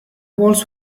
walls